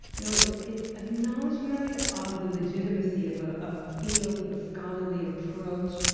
you know, it's it's acknowledgement of the legitimacy of ah of a field, of a scholarly approach.